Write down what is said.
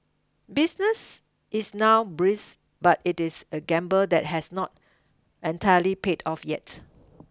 business is now brisk but it is a gamble that has not entirely paid off yet